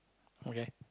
okay